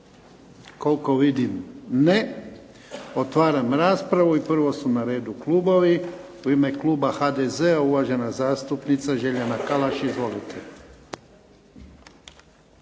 Koliko vidim ne. Otvaram raspravu. Prvo su na redu klubovi. U ime kluba HDZ-a uvažena zastupnica Željana Kalaš. Izvolite.